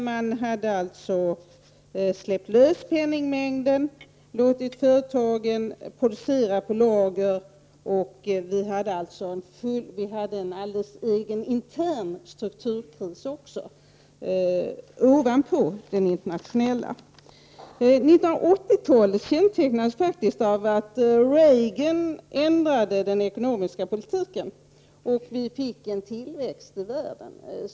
Man hade alltså släppt lös penningmängden och låtit företagen producera på lager, och vi hade även en alldeles egen intern strukturkris ovanpå den internationella. 1980-talet kännetecknades faktiskt av att Reagan ändrade den ekonomiska politiken, och vi fick en tillväxt i världen.